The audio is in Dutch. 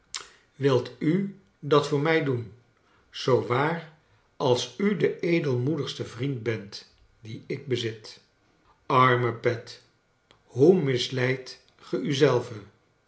wilt u dat voor mij doen zoo waar als u de edelmoedigste vriend bent dien ik bezit arme pet hoe misleidt